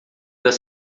das